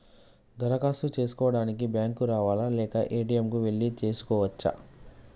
దరఖాస్తు చేసుకోవడానికి బ్యాంక్ కు రావాలా లేక ఏ.టి.ఎమ్ కు వెళ్లి చేసుకోవచ్చా?